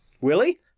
Willie